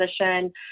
position